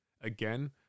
again